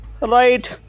Right